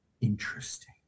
Interesting